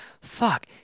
fuck